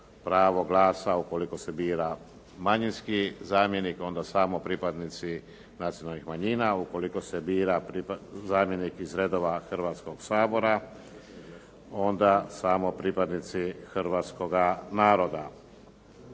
pravo glasa. Ukoliko se bira manjinski zamjenik onda samo pripadnici nacionalnih manjina, ukoliko se bira zamjenik iz redova Hrvatskoga sabora onda samo pripadnici hrvatskoga naroda.